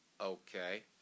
Okay